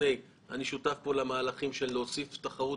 מסקנות שיסייעו לנו לשפר את התחרות